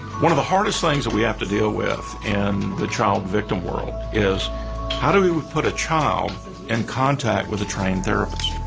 one of the hardest things that we have to deal with in the child victim world is how do we put a child in contact with a trained therapist?